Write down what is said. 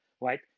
right